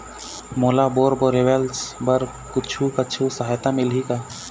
मोला bore borewells बर कुछू कछु सहायता मिलही का?